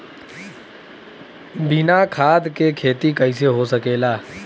बिना खाद के खेती कइसे हो सकेला?